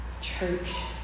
Church